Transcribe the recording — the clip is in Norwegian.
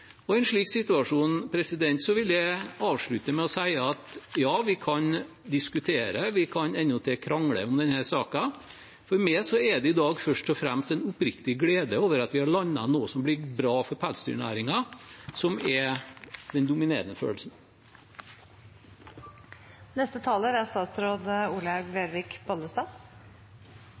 I en slik situasjon vil jeg avslutte med å si at ja, vi kan diskutere, vi kan endatil krangle om, denne saken. For meg er det i dag først og fremst en oppriktig glede over at vi har landet noe som blir bra for pelsdyrnæringen, som er den dominerende følelsen. Pelsdyrsaken har vært krevende i lang tid. Den har vært krevende for pelsdyrbøndene, som er